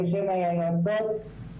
בשם היועצות,